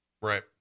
Right